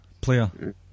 player